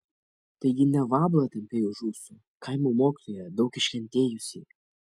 taigi ne vabalą tampei už ūsų kaimo mokytoją daug iškentėjusį